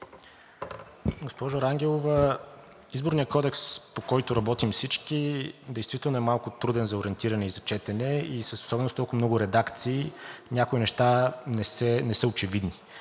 Госпожо Рангелова, изборният кодекс, по който работим всички, действително е малко труден за ориентиране и за четене, особено с толкова много редакции някои неща не са очевидни,